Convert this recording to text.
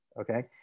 okay